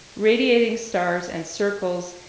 radiating stars and circles,